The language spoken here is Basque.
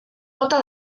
mota